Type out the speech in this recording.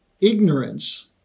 ignorance